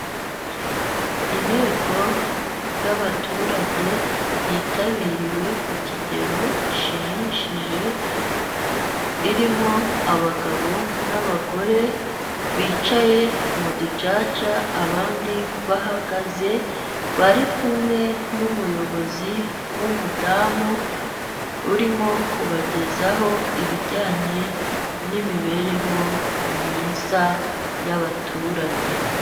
Inteko y'abaturage yitabiriwe ku kigero gishimishije, irimo abagabo n'abagore, bicaye mu ducaca abandi bahagaze, bari kumwe n'umuyobozi w'umudamu urimo kubagezaho ibijyanye n'imibereho myiza y'abaturage.